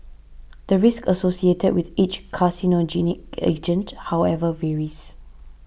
the risk associated with each carcinogenic agent however varies